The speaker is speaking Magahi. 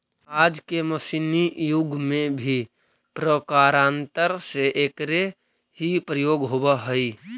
आज के मशीनी युग में भी प्रकारान्तर से एकरे ही प्रयोग होवऽ हई